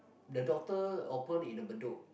the doctor open in the Bedok